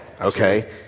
okay